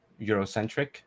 Eurocentric